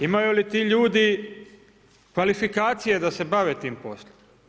Imaju li ti ljudi kvalifikacije da se bave tim poslom?